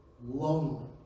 lonely